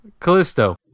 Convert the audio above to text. Callisto